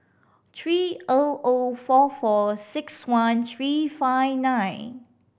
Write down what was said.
three O O four four six one three five nine